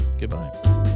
Goodbye